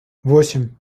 восемь